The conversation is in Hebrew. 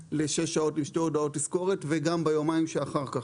אותה לשש שעות עם שתי הודעות תזכורות גם יומיים אחר כך,